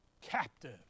captive